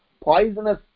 poisonous